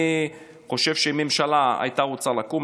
אני חושב שאם הממשלה הייתה רוצה לקום,